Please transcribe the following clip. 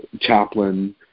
chaplain